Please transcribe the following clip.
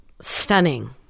Stunning